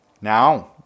Now